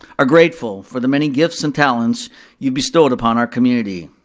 are grateful for the many gifts and talents you've bestowed upon our community.